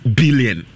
billion